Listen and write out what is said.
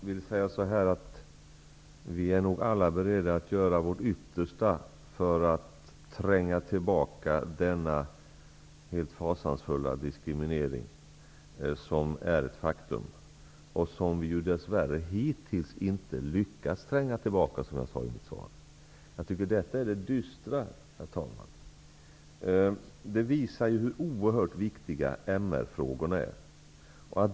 Herr talman! Vi är nog alla beredda att göra vårt yttersta för att tränga tillbaka denna fasansfulla diskriminering -- som är ett faktum. Vi har dess värre hittills inte lyckats tränga tillbaka denna diskriminering, vilket jag sade i mitt svar. Detta är det dystra i sammanhanget, herr talman. Det här visar hur oerhört viktiga MR-frågorna är.